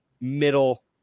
middle